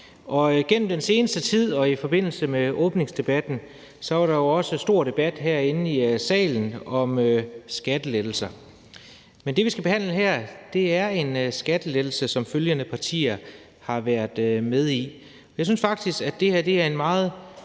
Gennem den seneste tid og i forbindelse med åbningsdebatten var der også stor debat herinde i salen om skattelettelser, men det, vi skal behandle her, er en skattelettelse, som nævnte partier har været med i. Jeg synes faktisk, at det her er en meget